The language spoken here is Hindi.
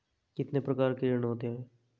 कितने प्रकार के ऋण होते हैं?